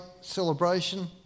celebration